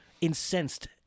incensed